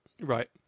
Right